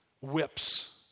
Whips